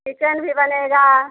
kitchen भी बनेगा